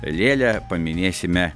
lėlę paminėsime